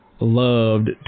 loved